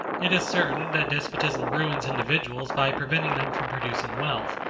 it is certain that despotism ruins individuals by preventing them from producing wealth,